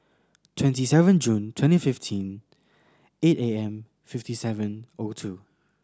twenty seven June twenty fifteen eight A M fifty seven O two